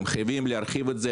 אתם חייבים להרחיב את זה,